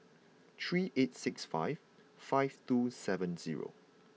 three eight six five five two seven zero